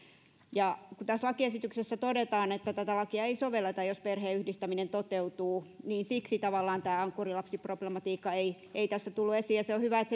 kun tässä lakiesityksessä todetaan että tätä lakia ei sovelleta jos perheenyhdistäminen toteutuu niin siksi tavallaan tämä ankkurilapsiproblematiikka ei ei tässä tullut esiin se on hyvä että